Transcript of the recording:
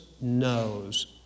knows